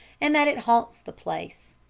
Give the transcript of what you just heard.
and that it haunted the place.